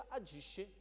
agisce